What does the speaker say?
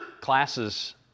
classes